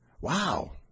Wow